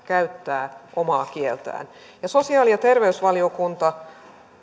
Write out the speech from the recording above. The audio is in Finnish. käyttää omaa kieltään sosiaali ja terveysvaliokunta